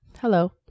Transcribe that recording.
Hello